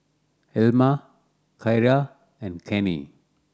Elma Ciera and Kenney